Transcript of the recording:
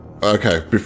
Okay